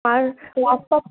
আর রাস্তা